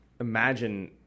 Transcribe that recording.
imagine